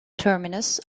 terminus